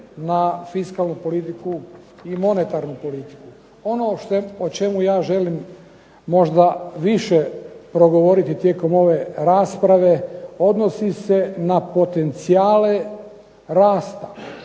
na fiskalnu politiku i monetarnu politiku. Ono o čemu ja želim više progovoriti tijekom ove rasprave odnosi se na potencijale rasta,